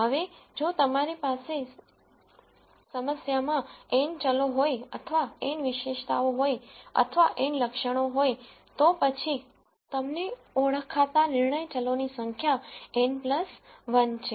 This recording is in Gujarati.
હવે જો તમારી પાસે સમસ્યામાં n ચલો હોય અથવા n વિશેષતાઓ હોય અથવા n લક્ષણો હોય તો પછી તમને ઓળખાતા નિર્ણય ચલોની સંખ્યા n 1 છે